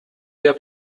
der